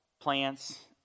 plants